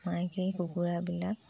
মাইকী কুকুৰাবিলাক